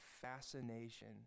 fascination